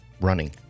running